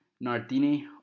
Nardini